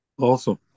Awesome